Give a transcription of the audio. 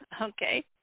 Okay